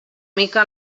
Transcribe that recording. mica